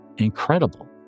incredible